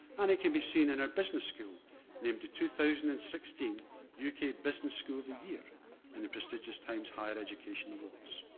and it can be seen in our business school named the two thousand and sixteen uk's business school of the year in and the prestigious times higher education awards.